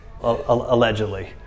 allegedly